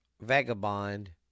vagabond